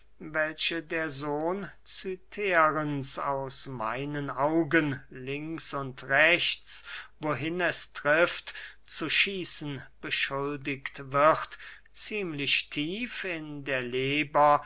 welche der sohn cytherens aus meinen augen links und rechts wohin es trifft zu schießen beschuldigt wird ziemlich tief in der leber